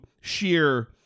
sheer